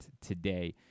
today